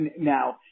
Now